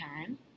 time